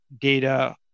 data